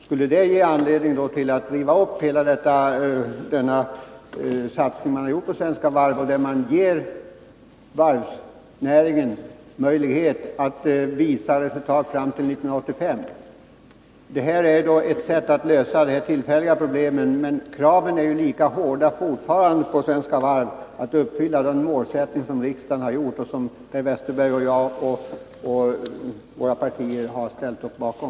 Skulle det ge anledning att riva upp hela den satsning man har gjort på Svenska Varv och som ger varven möjlighet att visa godtagbara resultat fram till 1985? Vad regeringen nu föreslår är ett sätt att lösa de tillfälliga problemen, men kraven på Svenska Varv är fortfarande lika hårda att uppfylla den målsättning som riksdagen har angivit och som Per Westerberg och jag och våra partier har ställt upp bakom.